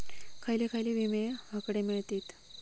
खयले खयले विमे हकडे मिळतीत?